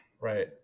right